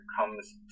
comes